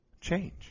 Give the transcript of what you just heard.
change